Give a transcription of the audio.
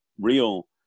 real